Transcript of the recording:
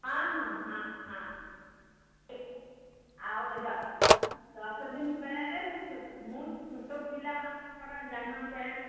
ହଁ ହଁ ହଁ ହଁ ଆଉ ଦଶ ଦିନ ମେଳାରେ ମୁଁ ମୁଁ ଛୋଟ ପିଲାମାନଙ୍କର ଜାମା ପ୍ୟାଣ୍ଟ୍